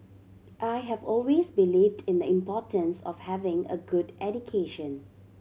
I have always believed in the importance of having a good education